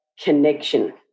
connection